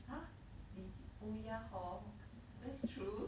!huh! 你去 oh ya hor that's true